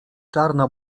czarna